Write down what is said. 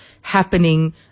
happening